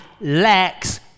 lacks